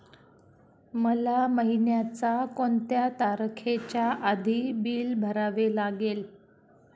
मला महिन्याचा कोणत्या तारखेच्या आधी बिल भरावे लागेल?